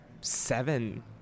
seven